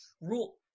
rule